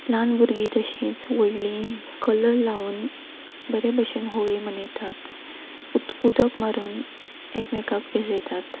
ल्हान भुरगीं तशींच व्हडलीं कलर लावन बरे भशेन होळी मनयतात उद उदक मारून एकमेकांक भिजयतात